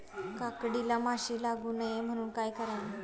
काकडीला माशी लागू नये म्हणून काय करावे?